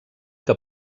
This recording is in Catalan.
que